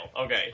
Okay